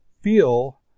feel